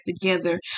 together